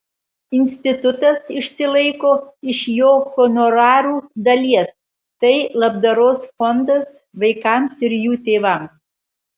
institutas išsilaiko iš jo honorarų dalies tai labdaros fondas vaikams ir jų tėvams